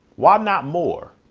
why not more?